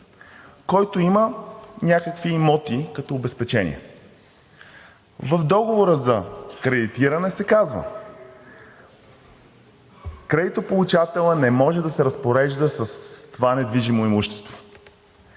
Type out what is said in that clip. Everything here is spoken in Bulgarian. който има някакви имоти като обезпечение. В договора за кредитиране се казва: кредитополучателят не може да се разпорежда с това недвижимо имущество